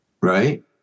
Right